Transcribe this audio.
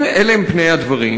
אם אלה הם פני הדברים,